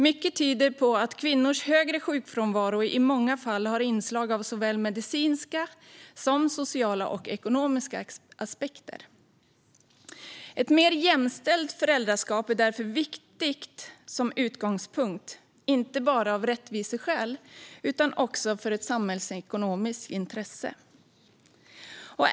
Mycket tyder på att kvinnors högre sjukfrånvaro i många fall har inslag av såväl medicinska som sociala och ekonomiska aspekter. Ett mer jämställt föräldraskap är därför viktigt som utgångspunkt inte bara av rättviseskäl utan också för att det finns ett samhällsekonomiskt intresse.